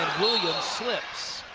williams slips.